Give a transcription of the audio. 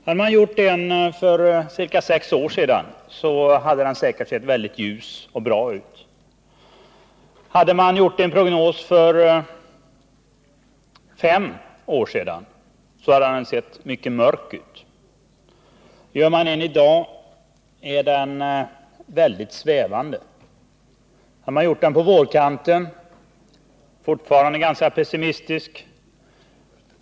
Om man hade gjort en prognos för ca sex år sedan skulle den säkert ha varit väldigt ljus och bra, för fem år sedan mycket mörk, för en å två månader sedan ganska optimistisk. På vårkanten skulle prognosen vara ganska pessimistisk.